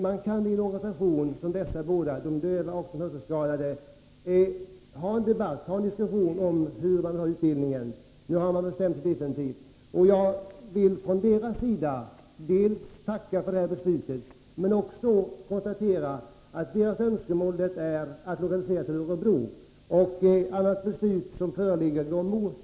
Man kan i de dövas och hörselskadades organisationer ha en debatt om hur man vill ha utbildningen. Nu har man bestämt sig. Jag vill på dessa organisationers vägnar dels tacka för detta beslut, dels konstatera att deras önskemål är att gymnasiet lokaliseras till Örebro.